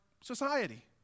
society